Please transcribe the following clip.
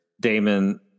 Damon